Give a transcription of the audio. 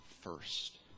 first